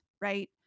right